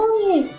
me